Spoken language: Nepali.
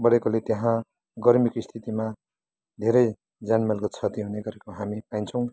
बढेकोले त्यहाँ गर्मीको स्थितीमा धेरै ज्यान मालको क्षति हुने गरेको हामी पाइन्छौँ